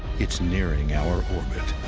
it's nearing our orbit.